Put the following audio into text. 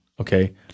Okay